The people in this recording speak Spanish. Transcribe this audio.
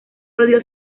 rodeó